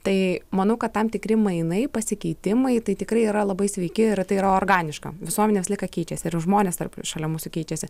tai manau kad tam tikri mainai pasikeitimai tai tikrai yra labai sveiki ir tai yra organiška visuomenė visą laiką keičiasi ir žmonės tarp šalia mūsų keičiasi